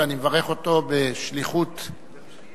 ואני מברך אותו בשליחות טובה,